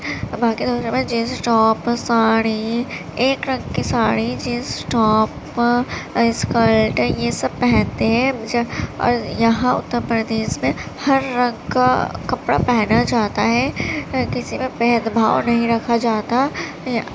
باقی دیشوں میں جینس ٹاپ ساڑی ایک رنگ کی ساڑی جینس ٹاپ اسکرٹ یہ سب پہنتے ہیں اور یہاں اتر پردیش میں ہر رنگ کا کپڑا پہنا جاتا ہے کسی کا بھید بھاؤ نہیں رکھا جاتا یہاں